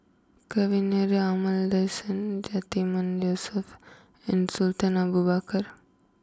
Kavignareru Amallathasan Yatiman Yusof and Sultan Abu Bakar